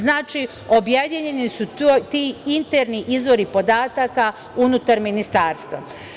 Znači, objedinjeni su ti interni izvori podataka unutar ministarstva.